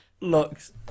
looks